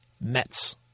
Mets